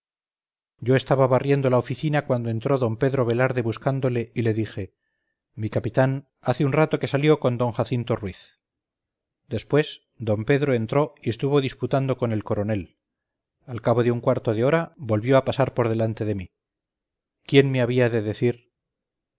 yo estaba barriendo la oficina cuando entró d pedro velarde buscándole y le dije mi capitán hace un rato que salió con d jacinto ruiz después d pedro entró y estuvo disputando con el coronel al cabo de un cuarto de hora volvió a pasar por delante de mí quién me había de decir